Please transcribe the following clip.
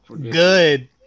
Good